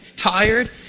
tired